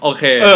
Okay